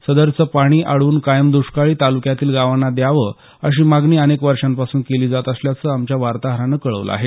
सदरचे पाणी अडवून कायम द्ष्काळी ताल्क्यातील गावांना द्यावे अशी मागणी अनेक वर्षांपासून केली जात असल्याचं आमच्या वार्ताहरानं कळवलं आहे